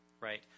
right